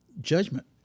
Judgment